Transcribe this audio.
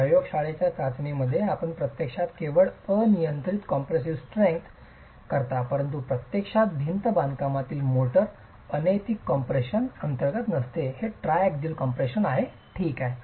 प्रयोगशाळेच्या चाचणीमध्ये आपण प्रत्यक्षात केवळ अनियंत्रित कॉम्प्रेसीव स्ट्रेंग्थ करता परंतु प्रत्यक्षात भिंत बांधकामातील मोर्टार अनैतिक कम्प्रेशन अंतर्गत नसते हे ट्राएक्सियल कम्प्रेशन ठीक आहे